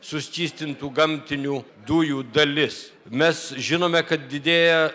suskystintų gamtinių dujų dalis mes žinome kad didėja